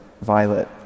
violet